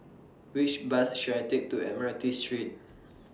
Which Bus should I Take to Admiralty Street